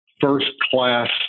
first-class